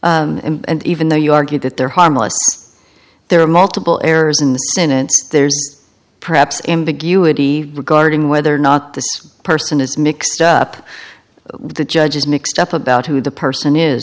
e and even though you argue that they're harmless there are multiple errors in the sentence there's perhaps ambiguity regarding whether or not this person is mixed up with the judge's mixed up about who the person is